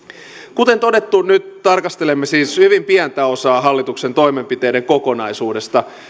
kuten todettu nyt tarkastelemme siis hyvin pientä osaa hallituksen toimenpiteiden kokonaisuudesta